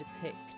depict